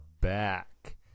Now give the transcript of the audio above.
back